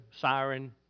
siren